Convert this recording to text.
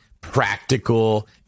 practical